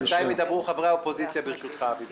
בינתיים ידברו חברי האופוזיציה, ברשותך, אבי.